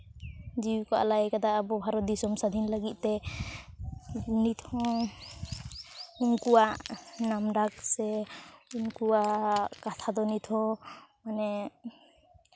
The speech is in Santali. ᱡᱤᱶᱤ ᱠᱚ ᱟᱞᱟᱭ ᱟᱠᱟᱫᱟ ᱟᱵᱚ ᱵᱷᱟᱨᱚᱛ ᱫᱤᱥᱚᱢ ᱥᱟᱹᱫᱷᱤᱱ ᱞᱟᱹᱜᱤᱫ ᱛᱮ ᱱᱤᱛᱦᱚᱸ ᱩᱱᱠᱩᱣᱟᱜ ᱱᱟᱢ ᱰᱟᱠ ᱥᱮ ᱩᱱᱠᱩᱣᱟᱜ ᱠᱟᱛᱷᱟ ᱫᱚ ᱱᱤᱛᱦᱚᱸ ᱢᱟᱱᱮ